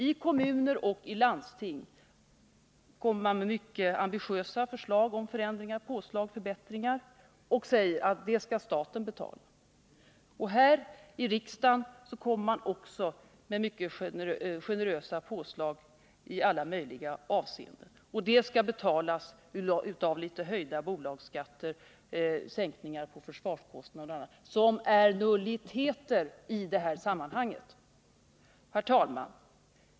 I kommuner och landsting kommer vpk med mycket ambitiösa förslag till förändringar i form av påslag och förbättringar och säger att detta skall staten betala. Här i riksdagen kommer man också med mycket generösa påslag i alla möjliga avseenden och föreslår att de skall betalas genom höjda bolagsskatter, sänkningar på försvarskostnader och annat — som är nulliteter i det här sammanhanget. Herr talman!